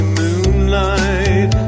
moonlight